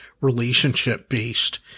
relationship-based